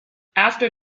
after